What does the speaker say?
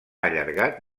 allargat